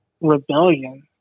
rebellion